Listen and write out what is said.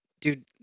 dude